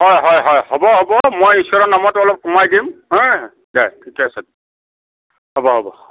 হয় হয় হয় হ'ব হ'ব মই ঈশ্বৰৰ নামত অলপ কমাই দিম হা দে ঠিকে আছে হ'ব হ'ব